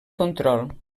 control